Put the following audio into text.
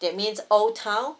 that means old town